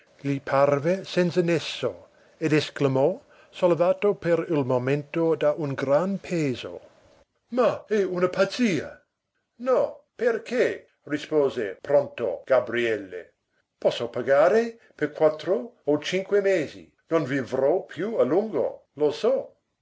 gli parve senza nesso ed esclamò sollevato per il momento da un gran peso ma è una pazzia no perché rispose pronto gabriele posso pagare per quattro o cinque mesi non vivrò più a lungo lo so